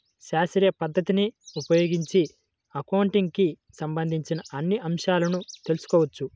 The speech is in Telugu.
శాస్త్రీయ పద్ధతిని ఉపయోగించి అకౌంటింగ్ కి సంబంధించిన అన్ని అంశాలను తెల్సుకోవచ్చు